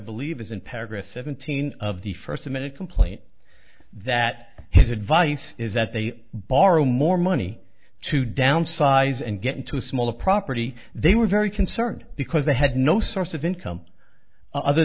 believe is in paragraph seventeen of the first minute complaint that his advice is that they borrow more money to downsize and get into a smaller property they were very concerned because they had no source of income other